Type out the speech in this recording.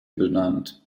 benannt